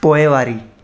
पोइवारी